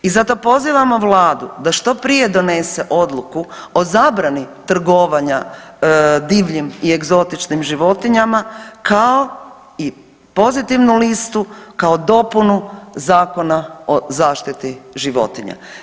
I zato pozivamo vladu da što prije donese odluku o zabrani trgovanja divljim i egzotičnim životinjama kao i pozitivnu listu kao dopunu Zakona o zaštiti životinja.